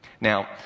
Now